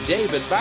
David